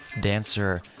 dancer